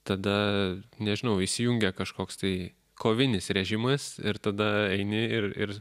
tada nežinau įsijungia kažkoks tai kovinis režimas ir tada eini ir ir